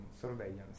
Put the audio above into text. surveillance